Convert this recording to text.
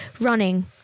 running